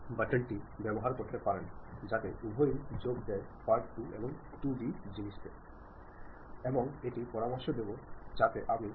അതിനാൽ ഒരാളുടെ ധാരണ മറ്റുള്ളവരുടെ ധാരണയാവേണമെന്നില്ല എന്ന് നമുക്ക് പറയാൻ കഴിയും